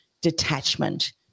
detachment